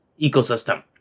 ecosystem